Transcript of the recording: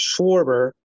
schwarber